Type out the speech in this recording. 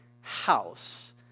house